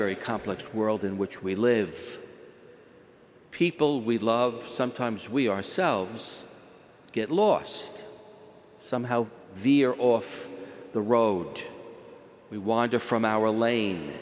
very complex world in which we live people we love sometimes we ourselves get lost somehow the are off the road we wander from our lane